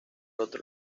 otro